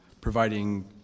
providing